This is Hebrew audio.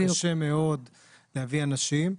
קשה מאוד להביא אנשים.